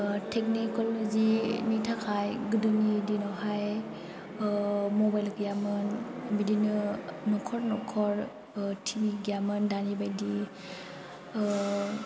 टेकन'लजिनि थाखाय गोदोनि दिनाव हाय मबाइल गैयामोन बिदिनो नखर नखर टि भि गैयामोन दानि बायदि